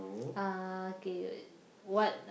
uh K what